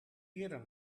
eerder